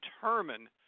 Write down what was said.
determine